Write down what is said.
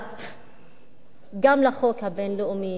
וגם בשטחים הכבושים,